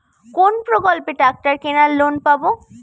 কোন প্রকল্পে ট্রাকটার কেনার লোন পাব?